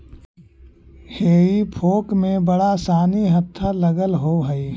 हेई फोक में बड़ा सानि हत्था लगल होवऽ हई